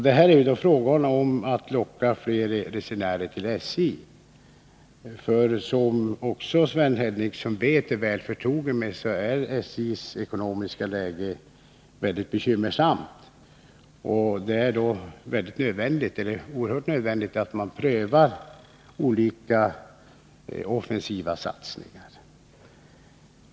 Det är då fråga om att locka fler resenärer till SJ, på grund av att SJ:s ekonomiska läge är mycket bekymmersamt, som Sven Henricsson vet och är väl förtrogen med. Det är därför oerhört nödvändigt att pröva olika offensiva satsningar.